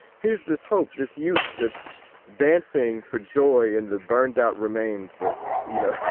here's this hope, this youth that's dancing for joy in the burned out remains of, you know,